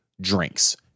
drinks